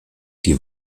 die